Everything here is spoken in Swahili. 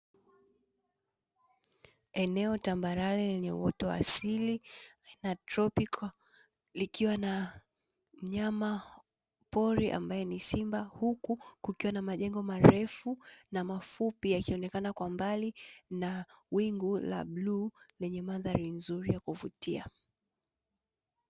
Eneo tambarare lenye uoto wa asili na tropiko likiwa na mnyama pori ambaye ni simba, huku kukiwa na majengo marefu na mafupi yakionekana kwa mbali na wingu la bluu lenye mandhari nzuri ya kuvutia.